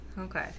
Okay